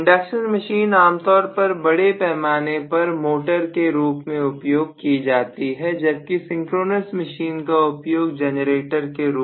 induction machine आमतौर पर बड़े पैमाने पर मोटर के रूप में उपयोग की जाती है जबकि सिंक्रोनस मशीन का उपयोग जनरेटर के रूप में किया जाता है